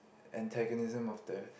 antagonism of the